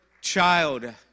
child